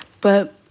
but-